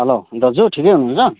hello दाजु ठिकै हुनुहुन्छ